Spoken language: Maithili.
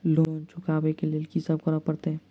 लोन चुका ब लैल की सब करऽ पड़तै?